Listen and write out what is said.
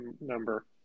number